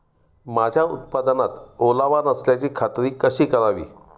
माझ्या उत्पादनात ओलावा नसल्याची खात्री कशी करावी?